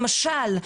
למשל,